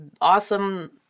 awesome